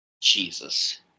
Jesus